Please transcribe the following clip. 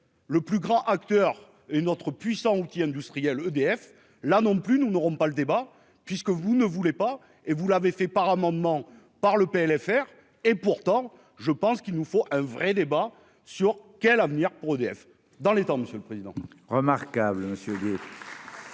le plus grand acteur une autre puissant outil industriel, EDF, là non plus, nous n'aurons pas le débat, puisque vous ne voulez pas et vous l'avez fait par amendement par le PLFR et pourtant je pense qu'il nous faut un vrai débat sur : quel avenir pour EDF dans les temps, Monsieur le Président remarquables. Dieu merci,